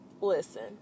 listen